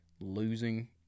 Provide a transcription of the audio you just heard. losing